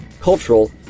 cultural